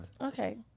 Okay